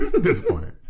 Disappointed